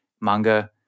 manga